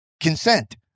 consent